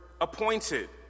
appointed